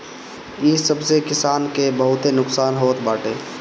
इ सब से किसान के बहुते नुकसान होत बाटे